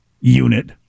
unit